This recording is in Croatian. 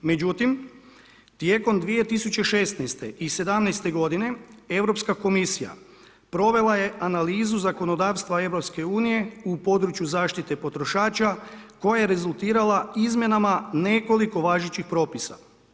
Međutim, tijekom 2016. i 2017. g. Europska komisija provela je analizu zakonodavstva EU-a u području zaštite potrošača koja je rezultirala izmjenama nekoliko važećih propisa.